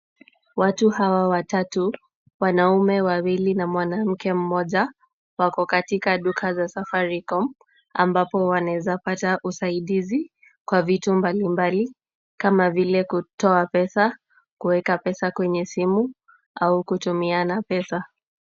Watu hawa watatu, wanaume wawili na mwanamke mmoja wako katika duka za Safaricom ambapo wanaweza pata usaidizi kwa vitu mbalimbali kama vile kutoa pesa, kuweka pesa kwenye simu au kutumiana pesa.